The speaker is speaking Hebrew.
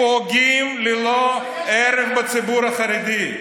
תפסיק להתנשא, פוגעים ללא הרף בציבור החרדי,